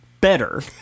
Better